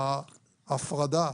ההפרדה